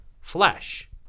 flesh